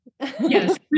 Yes